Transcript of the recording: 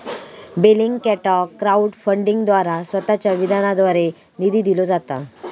बेलिंगकॅटाक क्राउड फंडिंगद्वारा स्वतःच्या विधानाद्वारे निधी दिलो जाता